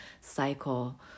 cycle